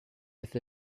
with